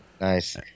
nice